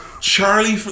Charlie